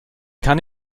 kann